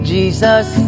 Jesus